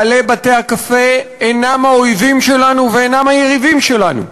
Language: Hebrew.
בעלי בתי-הקפה אינם האויבים שלנו ואינם היריבים שלנו.